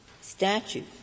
statute